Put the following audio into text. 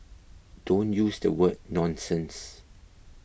don't use the word nonsense